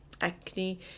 acne